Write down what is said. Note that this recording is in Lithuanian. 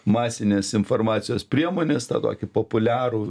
masinės informacijos priemones tą tokį populiarų